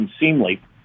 unseemly